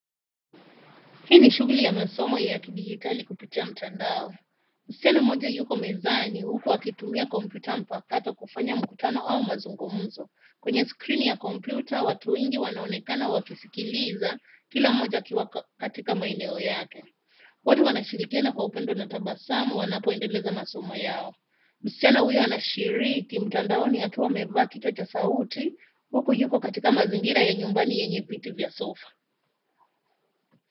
Hii ni shughuli ya masomo ya kidijitali kupitia mtandao. Msichana mmoja yuko mezani, huku akitumia kompyuta mpakato kufanya mkutano au mazungumzo. Kwenye skrini ya kompyuta, watu wengi wanaonekana wakisikiliza, kila mmoja akiwa katika maeneo yake. Wote wanashirikiana kwa upendo na tabasamu wanapoendeleza masomo yao. Msichana huyo anashiriki mtandaoni akiwa amevaa kichwa cha sauti, huku yuko kwenye mazingira ya nyumbani yenye viti vya sofa.